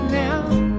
now